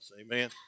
Amen